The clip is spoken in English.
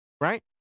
Right